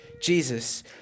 Jesus